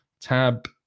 Tab